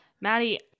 maddie